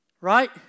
Right